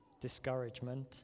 discouragement